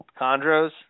Chondros